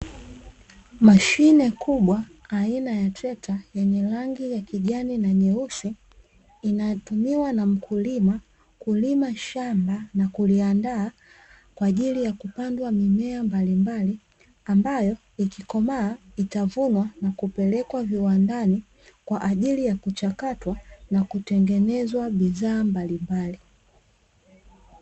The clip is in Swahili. Mashine kubwa aina ya trekta, yenye rangi ya kijani na nyeusi inayotumiwa na mkulima kulima shamba na kuliandaa kwa ajili ya kupandwa mimea mbalimbali, ambayo ikikomaa itavunwa na kupelekwa viwandani kwa ajili ya kuchakatwa na kutengenezwa bidhaa mbalimbali.